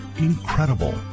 Incredible